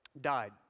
died